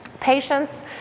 patients